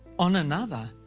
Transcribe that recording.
on another,